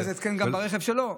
אבל זה התקן גם ברכב שלו.